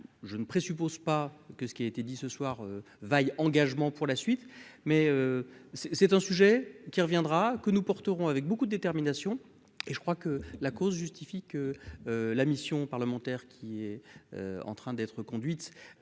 je ne présuppose pas que ce qui a été dit ce soir veille engagement pour la suite mais c'est c'est un sujet qui reviendra que nous porterons avec beaucoup de détermination et je crois que la cause justifie que la mission parlementaire qui est en train d'être conduite